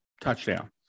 touchdown